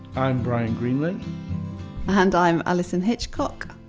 i'm brian greenley and i'm alison hitchcock